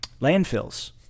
landfills